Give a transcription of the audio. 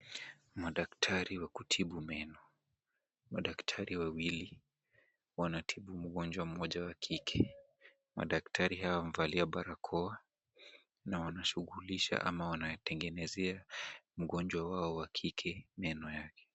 Madaktari wa kutibu meno , madaktari wawili wanatibu mgonjwa mmoja wa kike ,madaktari hawa wamevalia barakoa na wanashughulisha au wanatengenezea mgonjwa wao wa kike meno yake .